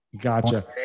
Gotcha